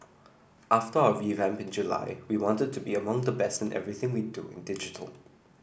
after our revamp in July we wanted to be among the best in everything we do in digital